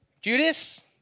Judas